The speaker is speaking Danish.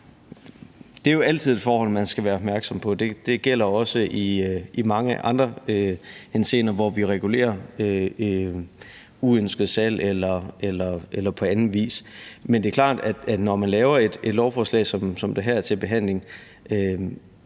Det er jo altid et forhold, man skal være opmærksom på, og det gælder også i mange andre henseender, hvor vi regulerer uønsket salg eller andet. Men det er klart, at når man laver et lovforslag som det, der her er til behandling,